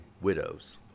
widows